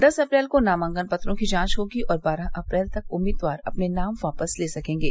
दस अप्रैल को नामांकन पत्रों की जांच होगी और बारह अप्रैल तक उम्मीदवार अपने नाम वापस ले सकेंगे